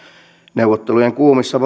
neuvottelujen kuumissa